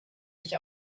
sich